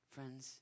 Friends